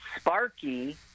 Sparky